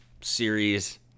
series